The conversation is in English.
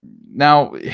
Now